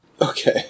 Okay